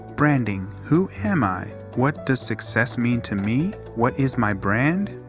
branding who am i? what does success mean to me? what is my brand?